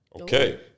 Okay